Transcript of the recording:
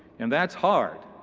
and that's hard.